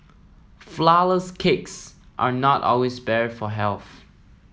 flourless cakes are not always better for health